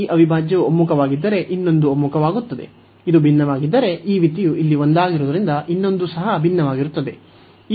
ಈ ಅವಿಭಾಜ್ಯವು ಒಮ್ಮುಖವಾಗಿದ್ದರೆ ಇನ್ನೊಂದು ಒಮ್ಮುಖವಾಗುತ್ತದೆ ಇದು ಭಿನ್ನವಾಗಿದ್ದರೆ ಈ ಮಿತಿಯು ಇಲ್ಲಿ ಒಂದಾಗಿರುವುದರಿಂದ ಇನ್ನೊಂದೂ ಸಹ ಭಿನ್ನವಾಗಿರುತ್ತದೆ